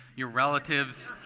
your relatives.